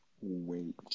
Wait